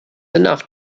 enough